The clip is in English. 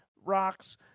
rocks